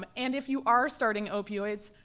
um and if you are starting opioids,